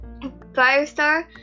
Firestar